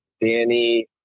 Danny